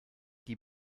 die